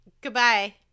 Goodbye